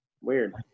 weird